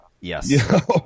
Yes